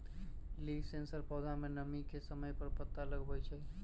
leaf sensor पौधा में नमी के समय पर पता लगवई छई